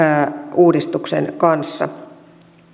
uudistuksen kanssa